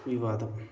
వివాదం